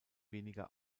weniger